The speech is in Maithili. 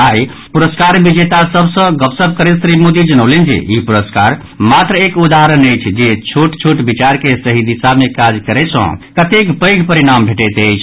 आई पुरस्कार विजेता सभ सँ गपशप करैत श्री मोदी जनौलनि जे ई पुरस्कार मात्र एक उदाहरण अछि जे छोट छोट विचार के सही दिशा मे काज करय सँ कतेक पैघ परिणाम भेटैत अछि